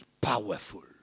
powerful